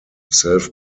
self